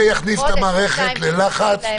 זה יכניס את המערכת ללחץ.